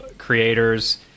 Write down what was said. creators